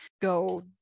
go